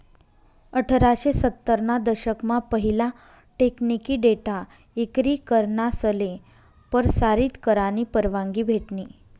अठराशे सत्तर ना दशक मा पहिला टेकनिकी डेटा इक्री करनासले परसारीत करानी परवानगी भेटनी